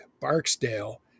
Barksdale